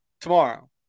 Tomorrow